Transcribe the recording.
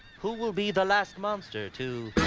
who will be the last monster to,